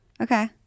Okay